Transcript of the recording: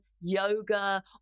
yoga